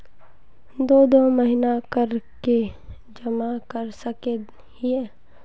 दो दो महीना कर के जमा कर सके हिये?